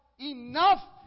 enough